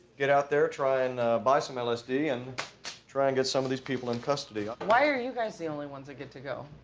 get out there, try and buy some lsd, and try to and get some of these people in custody. why are you guys the only ones that get to go?